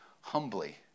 humbly